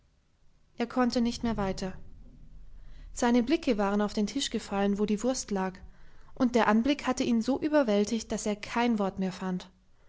er konnte nicht mehr weiter seine blicke waren auf den tisch gefallen wo die wurst lag und der anblick hatte ihn so überwältigt daß er kein wort mehr fand